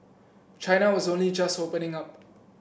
China was only just opening up